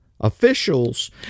officials